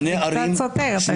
זה קצת סותר.